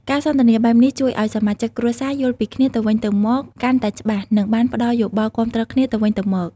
ការសន្ទនាបែបនេះ ជួយឲ្យសមាជិកគ្រួសារយល់ពីគ្នាទៅវិញទៅមកកាន់តែច្បាស់ និងបានផ្តល់យោបល់គាំទ្រគ្នាទៅវិញទៅមក។